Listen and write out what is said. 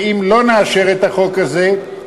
ואם לא נאשר את החוק הזה,